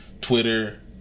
Twitter